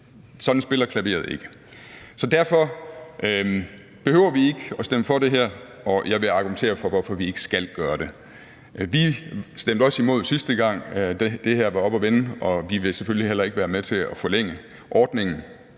Sådan spiller klaveret ikke. Så derfor behøver vi ikke at stemme for det her, og jeg vil argumentere for, hvorfor vi ikke skal gøre det. Vi stemte også imod, sidste gang det her var oppe at vende, og vi vil selvfølgelig heller ikke være med til at forlænge ordningen,